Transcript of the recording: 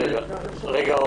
הנתונים הפיזיים,